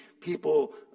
people